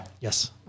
Yes